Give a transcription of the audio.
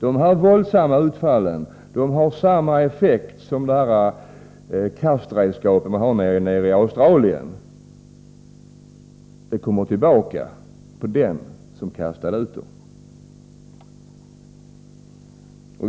Dessa våldsamma utfall har samma effekt som de kastredskap man har i Australien — de kommer tillbaka till den som kastade ut dem.